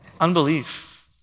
Unbelief